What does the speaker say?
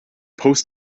supposed